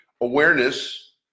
Awareness